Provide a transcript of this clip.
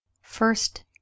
first